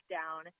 down